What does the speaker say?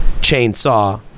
Chainsaw